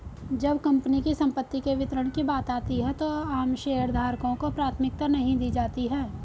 जब कंपनी की संपत्ति के वितरण की बात आती है तो आम शेयरधारकों को प्राथमिकता नहीं दी जाती है